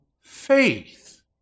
faith